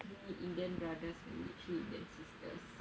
three indian brothers married three indian sisters